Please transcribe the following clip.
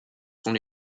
sont